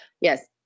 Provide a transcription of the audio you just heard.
Yes